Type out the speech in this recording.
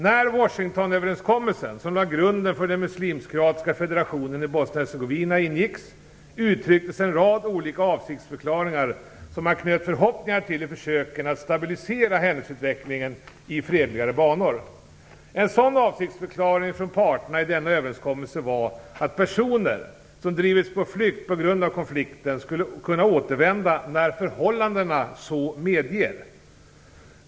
När Washingtonöverenskommelsen som lade grunden för den muslimsk-kroatiska federationen i Bosnien-Hercegovina ingicks, uttrycktes en rad olika avsiktsförklaringar som man knöt förhoppningar till i försöken att stabilisera händelseutvecklingen i fredligare banor. En sådan avsiktsförklaring från parterna i denna överenskommelse var att personer som drivits på flykt på grund av konflikten skulle kunna återvända när förhållandena så medger.